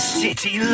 city